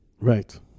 Right